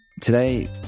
Today